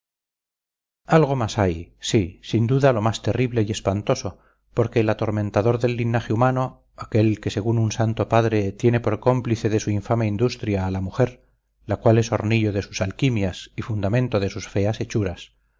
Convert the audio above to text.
algo más hay sí sin duda lo más terrible y espantoso porque el atormentador del linaje humano aquél que según un santo padre tiene por cómplice de su infame industria a la mujer la cual es hornillo de sus alquimias y fundamento de sus feas hechuras